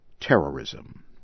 terrorism